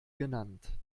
genannt